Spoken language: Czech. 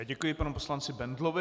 Děkuji panu poslanci Bendlovi.